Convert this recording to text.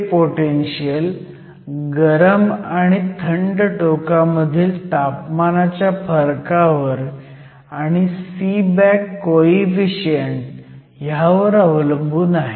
हे पोटंशीयल गरम आणि थंड टोकामधील तापमानाच्या फरकावर आणि सीबॅक कोईफिशियन्ट वर अवलंबून आहे